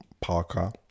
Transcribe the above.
Parker